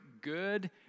good